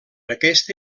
aquesta